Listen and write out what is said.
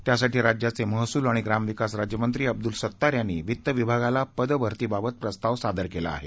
त्यासाठी राज्याचे महसूल आणि ग्रामविकास राज्यमंत्री अब्दुल सत्तार यांनी वित्त विभागाला पद भरतीबाबत प्रस्ताव सादर केला आहे